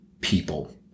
people